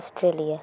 Australia